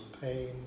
pain